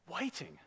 waiting